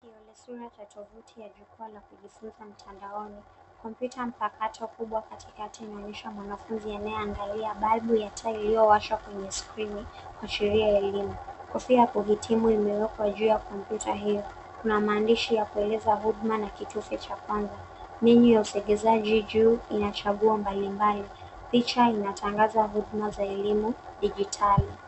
Kiolesura cha tovuti ya jukwaa ya kujifunza mtandaoni. Kompyuta mpakato kubwa katikati inaonyesha mwanafunzi anayeangalia balbu ya taa iliyowashwa kwenye skrini kuashiria elimu. Kofia ya kuhitimu imewekwa juu ya kompyuta hio. Kuna maandishi ya kueleza huduma na kitofi cha kwanza. Menyu ya usegeshaji juu ina chaguo mbalimbali. Picha inatangaza huduma za elimu ya kidigitali.